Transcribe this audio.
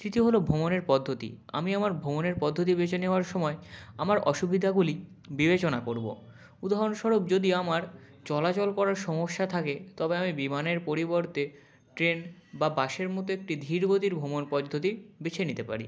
তৃতীয় হলো ভ্রমণের পদ্ধতি আমি আমার ভ্রমণের পদ্ধতি বেছে নেওয়ার সময় আমার অসুবিধাগুলি বিবেচনা করবো উদাহরণস্বরূপ যদি আমার চলাচল করার সমস্যা থাকে তবে আমি বিমানের পরিবর্তে ট্রেন বা বাসের মতো একটি ধীর গতির ভ্রমণ পদ্ধতি বেছে নিতে পারি